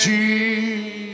Jesus